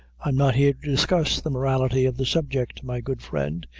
i'm not here to discuss the morality of the subject, my good friend,